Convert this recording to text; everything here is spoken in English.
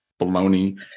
baloney